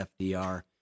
FDR